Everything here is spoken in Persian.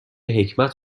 حکمت